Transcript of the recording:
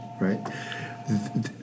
right